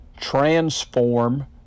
transform